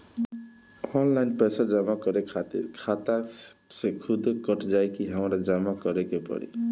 Online पैसा जमा करे खातिर खाता से खुदे कट जाई कि हमरा जमा करें के पड़ी?